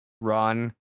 run